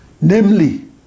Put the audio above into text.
namely